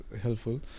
helpful